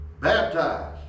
Baptized